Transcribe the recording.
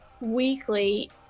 weekly